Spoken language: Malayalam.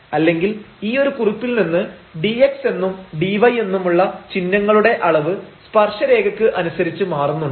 അല്ലെങ്കിൽ ഈ ഒരു കുറിപ്പിൽ നിന്ന് dx എന്നും dy എന്നുമുള്ള ചിഹ്നങ്ങളുടെ അളവ് സ്പർശരേഖക്ക് അനുസരിച്ച് മാറുന്നുണ്ട്